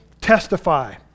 testify